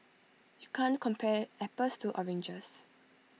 you can't compare apples to oranges